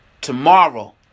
tomorrow